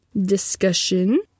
Discussion